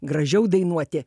gražiau dainuoti